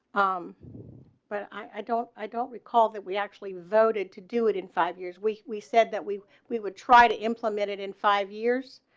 um but i i don't. i don't recall that we actually voted to do it in five years. we we said that we we would try to implement it in five years,